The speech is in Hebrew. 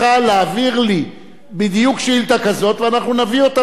לי בדיוק שאילתא כזאת ואנחנו נביא אותה בפני השר,